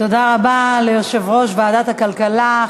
תודה רבה ליושב-ראש ועדת הכלכלה,